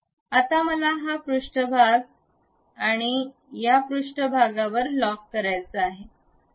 आता मला हा पृष्ठभाग या पृष्ठभागासह लॉक करायचा आहे